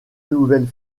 nouvelles